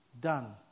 done